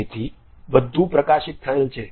તેથી બધું પ્રકાશિત થયેલ છે